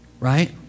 right